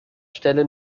stelle